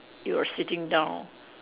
you're sitting down